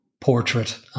portrait